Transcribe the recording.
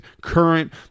current